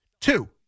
Two